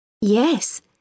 Yes